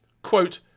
Quote